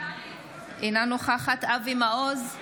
אינה נוכחת אבי מעוז,